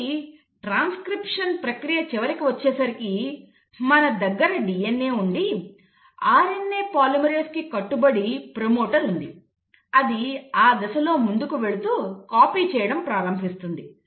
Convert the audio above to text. కాబట్టి ట్రాన్స్క్రిప్షన్ ప్రక్రియ చివరకు వచ్చేసరికి మన దగ్గర DNA ఉండి RNA పాలిమరేస్ కు కట్టుబడి ప్రమోటర్ ఉంది అది ఆ దిశ లో ముందుకు వెళుతూ కాపీ చేయడం ప్రారంభిస్తుంది